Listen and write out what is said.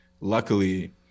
luckily